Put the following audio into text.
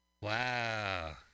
Wow